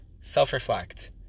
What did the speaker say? self-reflect